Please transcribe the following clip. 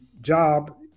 job